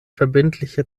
verbindliche